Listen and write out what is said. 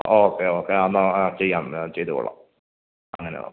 okay okay എന്നാൽ ചെയ്യാം ചെയ്തു കൊള്ളാം അങ്ങനെ നോക്കാം